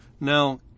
Now